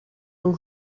aux